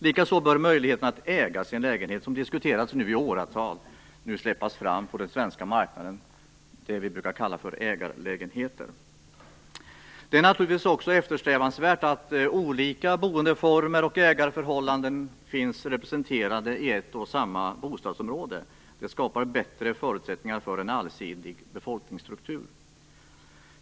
Likaså bör möjligheten att äga sin lägenhet, som diskuterats i åratal, nu släppas fram på den svenska marknaden - det som vi brukar kalla för ägarlägenheter. Det är naturligtvis också eftersträvansvärt att olika boendeformer och ägarförhållanden finns representerade i ett och samma bostadsområde. Det skapar bättre förutsättningar för en allsidig befolkningsstruktur.